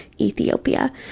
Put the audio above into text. Ethiopia